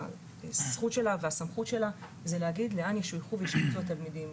.הזכות והרשות של הראשות זה להגיד לאן ישלחו וישובצו התלמידים.